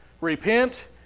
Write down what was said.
Repent